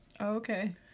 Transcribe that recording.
Okay